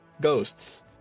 Ghosts